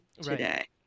today